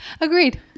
Agreed